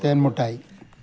തേൻമിഠായി